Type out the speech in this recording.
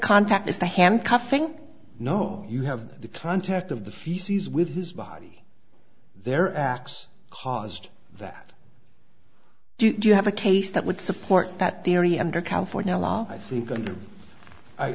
contact is the handcuffing no you have the contact of the feces with his body there are x caused that do you have a case that would support that theory under california law i think and